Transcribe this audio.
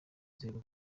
inzego